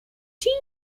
china